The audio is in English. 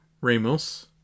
Ramos